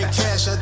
cash